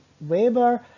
Weber